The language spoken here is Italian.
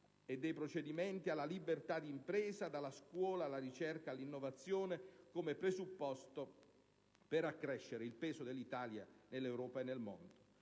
e dei procedimenti alla libertà di impresa, dalla scuola alla ricerca e all'innovazione come presupposto per accrescere il peso dell'Italia nell'Europa e nel mondo.